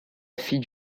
fille